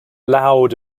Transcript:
loud